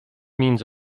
means